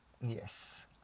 Yes